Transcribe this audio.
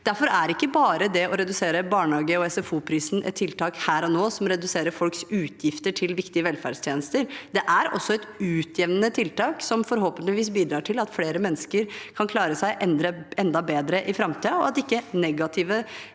Derfor er ikke det å redusere barnehage- og SFO-prisen bare tiltak her og nå, som reduserer folks utgifter til viktige velferdstjenester. Det er også et utjevnende tiltak som forhåpentligvis bidrar til at flere mennesker kan klare seg enda bedre i framtiden, og at negative